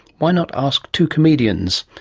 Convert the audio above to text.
why not ask two comedians?